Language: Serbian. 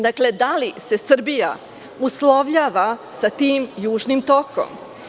Dakle, da li se Srbija uslovljava sa tim Južnim tokom?